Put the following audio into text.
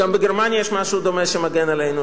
גם בגרמניה יש משהו דומה שמגן עלינו,